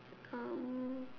um